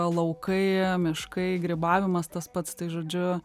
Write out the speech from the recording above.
laukai miškai grybavimas tas pats tai žodžiu